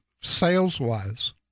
sales-wise